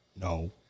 No